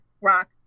Rock